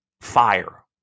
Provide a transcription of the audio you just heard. fire